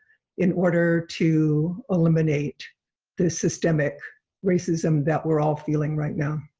in order to eliminate the systemic racism that we're all feeling right now.